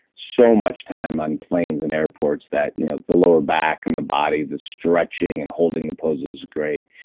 so much time on planes and airports that you know the lower back and the body, the stretching and holding the poses is great,